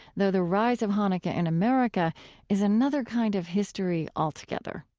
though the rise of hanukkah in america is another kind of history altogether